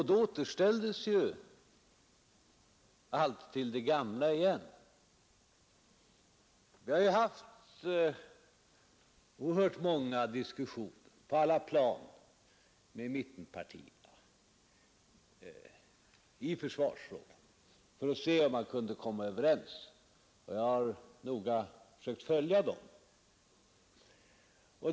Då återställdes ju allt till det gamla igen. Vi har fört många diskussioner med mittenpartierna i försvarsfrågan för att se om vi kunde komma överens med dem. Jag har försökt noga följa dessa diskussioner.